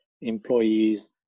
employees